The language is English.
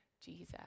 Jesus